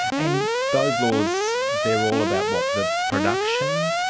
and those laws, they are all about, what, the production,